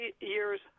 years